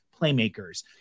playmakers